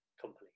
company